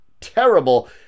terrible